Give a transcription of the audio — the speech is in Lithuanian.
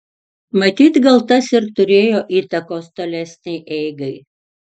matyt gal tas ir turėjo įtakos tolesnei eigai